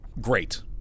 Great